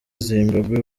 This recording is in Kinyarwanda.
zimbabwe